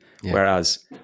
Whereas